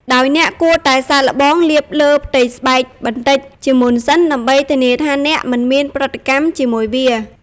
ដោយអ្នកគួរតែសាកល្បងលាបលើផ្ទៃស្បែកបន្តិចជាមុនសិន ដើម្បីធានាថាអ្នកមិនមានប្រតិកម្មជាមួយវា។